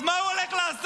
אז מה הוא הולך לעשות?